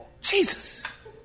Jesus